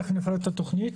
תכף נפרט את התכנית.